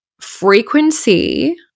frequency